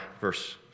verse